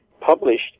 published